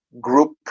group